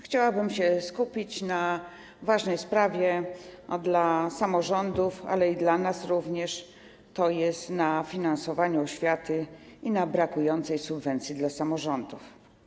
Chciałabym się skupić na ważnej sprawie dla samorządów, ale również dla nas, tj. na finansowaniu oświaty i na brakującej subwencji dla samorządów.